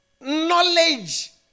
knowledge